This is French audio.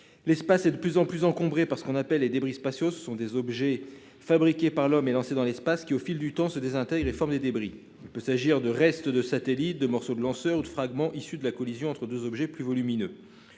L'espace est de plus en plus encombré par ce qu'on appelle les débris spatiaux, objets fabriqués par l'homme et lancés dans l'espace qui, au fil du temps, se désintègrent et forment des débris. Il peut s'agir de restes de satellites, de morceaux de lanceurs ou de fragments issus de la collision entre deux objets plus volumineux.